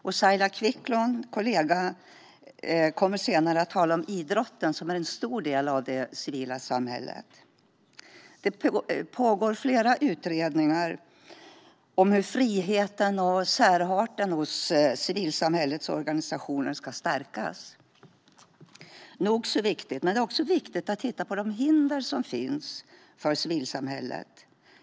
Min kollega Saila Quicklund kommer senare att tala om idrotten, som är en stor del av det civila samhället. Det pågår flera utredningar om hur friheten och särarten hos civilsamhällets organisationer ska stärkas. Det är nog så viktigt, men det är också viktigt att titta på de hinder som finns för civilsamhället.